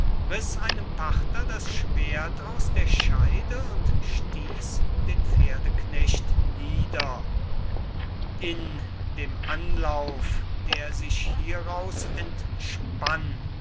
einem parther das schwert aus der scheide und stieß den pferdeknecht nieder in dem anlauf der sich hieraus entspann